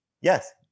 Yes